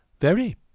Very